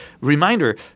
reminder